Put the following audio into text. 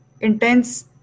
intense